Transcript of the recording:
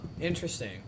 Interesting